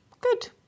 good